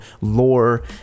lore